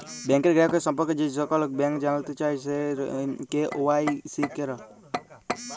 ব্যাংকের গ্রাহকের সম্পর্কে যখল ব্যাংক জালতে চায়, সে কে.ওয়াই.সি ক্যরা